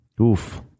Oof